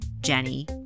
Jenny